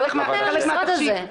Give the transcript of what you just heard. איך מתנהל המשרד הזה?